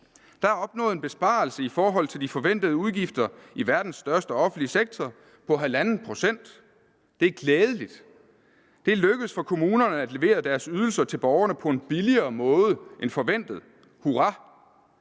Der er opnået en besparelse i forhold til de forventede udgifter i verdens største offentlige sektor på 1½ pct., og det er glædeligt. Det er lykkedes for kommunerne at levere deres ydelser til borgerne på en billigere måde end forventet. Hurra!